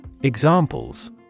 Examples